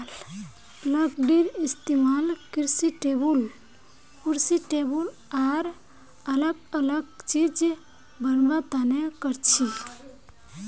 लकडीर इस्तेमाल कुर्सी टेबुल आर अलग अलग चिज बनावा तने करछी